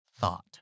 thought